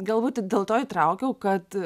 galbūt dėl to įtraukiau kad